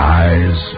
eyes